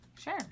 Sure